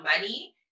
money